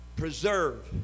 preserve